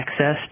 accessed